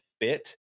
fit